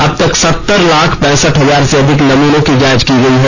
अबतक सत्तर लाख पैंसठ हजार से अधिक नमूनों की जांच की गयी है